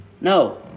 No